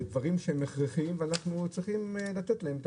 דברים שהם הכרחיים ואנחנו צריכים לתת להם את